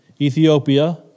Ethiopia